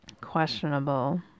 questionable